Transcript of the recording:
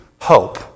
hope